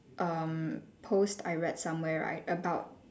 um post I read somewhere right about